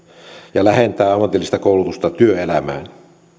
ja lähentää ammatillista koulutusta työelämään